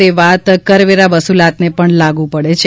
તે વાત કરવેરા વસુલાતને લાગુ પડે છે